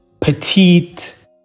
petite